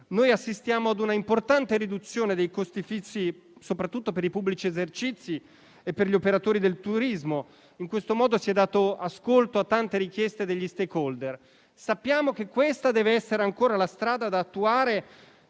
PD, assistiamo a un'importante riduzione dei costi fissi soprattutto per i pubblici esercizi e per gli operatori del turismo. In questo modo si è dato ascolto a tante richieste degli *stakeholder*. Sappiamo che questa deve essere ancora la strada da attuare